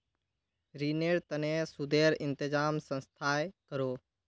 रिनेर तने सुदेर इंतज़ाम संस्थाए करोह